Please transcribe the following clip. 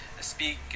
speak